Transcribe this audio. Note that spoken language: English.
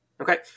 Okay